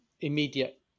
immediate